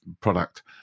product